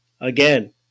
Again